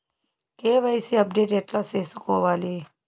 KYC update ఎట్లా సేసుకోవాలి?